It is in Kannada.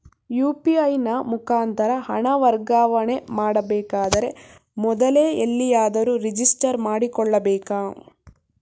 ಯು.ಪಿ.ಐ ನ ಮುಖಾಂತರ ಹಣ ವರ್ಗಾವಣೆ ಮಾಡಬೇಕಾದರೆ ಮೊದಲೇ ಎಲ್ಲಿಯಾದರೂ ರಿಜಿಸ್ಟರ್ ಮಾಡಿಕೊಳ್ಳಬೇಕಾ?